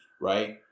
right